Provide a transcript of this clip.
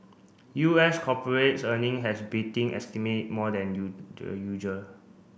U S corporate earning has beating estimate more than the usual